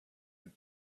just